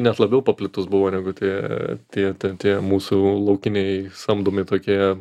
net labiau paplitus buvo negu tie tie tie mūsų laukiniai samdomi tokie